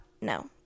no